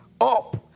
up